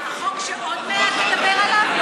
החוק שעוד מעט תדבר עליו?